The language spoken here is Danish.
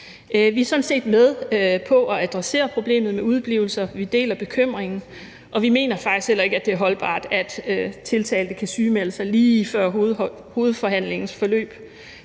Vi er sådan set med på at adressere problemet med udeblivelser. Vi deler bekymringen, og vi mener faktisk heller ikke, det er holdbart, at tiltalte kan sygemelde sig lige før hovedforhandlingens forløb